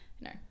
no